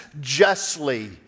justly